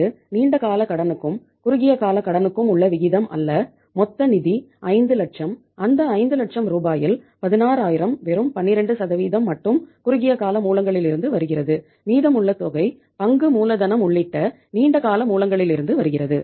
இது நீண்ட கால கடனுக்கும் குறுகிய கால கடனுக்கும் உள்ள விகிதம் அல்ல மொத்த நிதி 5 லட்சம் அந்த 5 லட்சம் ரூபாயில் 16000 வெறும் 12 மட்டும் குறுகிய கால மூலங்களிலிருந்து வருகிறது மீதமுள்ள தொகை பங்கு மூலதனம் உள்ளிட்ட நீண்ட கால மூலங்களிலிருந்து வருகிறது